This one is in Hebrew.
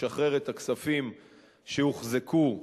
לשחרר את הכספים שהוחזקו,